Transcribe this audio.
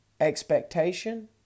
expectation